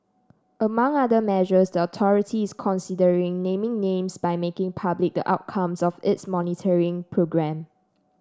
among other measures the authority is considering naming names by making public the outcomes of its monitoring programme